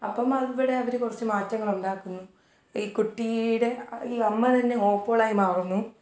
അപ്പം അവിടെ അവർ കുറച്ച് മാറ്റങ്ങളുണ്ടാക്കുന്നു ഈ കുട്ടീടെ ഈ അമ്മ തന്നെ ഓപ്പോളായി മാറുന്നു